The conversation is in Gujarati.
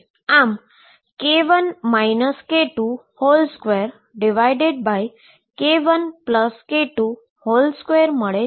આમ k1 k22 k1k22 મળે છે